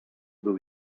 był